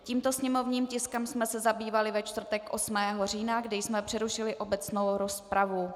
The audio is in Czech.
Tímto sněmovním tiskem jsme se zabývali ve čtvrtek 8. října, kdy jsme přerušili obecnou rozpravu.